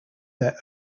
their